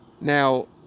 now